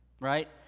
right